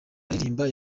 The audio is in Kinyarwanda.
aririmba